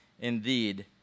indeed